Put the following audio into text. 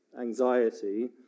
anxiety